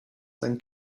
then